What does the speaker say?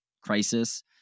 crisis